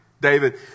David